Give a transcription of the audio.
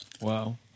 Wow